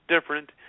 different